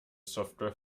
software